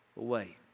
away